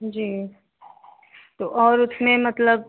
जी तो और उसमें मतलब